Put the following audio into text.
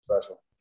special